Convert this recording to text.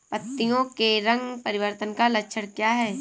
पत्तियों के रंग परिवर्तन का लक्षण क्या है?